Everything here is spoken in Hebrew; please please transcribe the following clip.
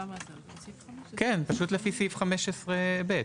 פשוט לפי סעיף 15(ב).